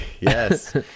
Yes